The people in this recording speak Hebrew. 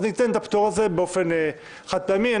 ניתן את הפטור הזה באופן חד פעמי.